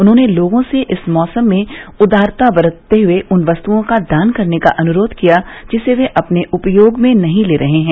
उन्होंने लोगों से इस मौसम में उदारता बरतते हुए उन वस्तुओं का दान करने का अनुरोध किया जिसे वे अपने उपयोग में नहीं ले रहे हैं